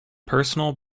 personal